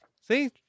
See